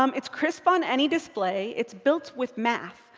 um it's crisp on any display. it's built with math.